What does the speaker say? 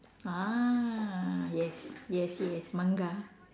ah yes yes yes Manga